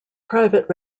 private